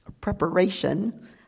preparation